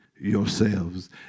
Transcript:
yourselves